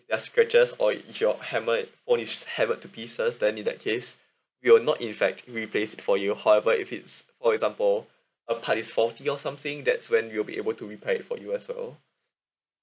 there're scratches or if your hammer it phone is hammered to pieces then in that case we'll not in fact replace for you however if it's for example a part is faulty or else something that's when you'll be able to repair for you as well